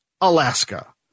Alaska